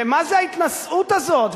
ומה זה ההתנשאות הזאת?